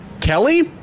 Kelly